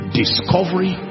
discovery